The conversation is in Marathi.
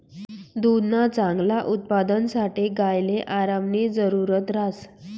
दुधना चांगला उत्पादनसाठे गायले आरामनी जरुरत ह्रास